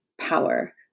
power